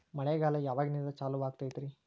ಮಳೆಗಾಲ ಯಾವಾಗಿನಿಂದ ಚಾಲುವಾಗತೈತರಿ?